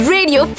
Radio